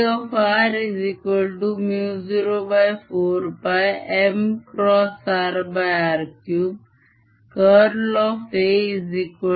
A चा curl मला field देईल